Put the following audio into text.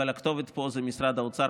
אבל הכתובת פה הוא משרד האוצר,